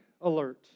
alert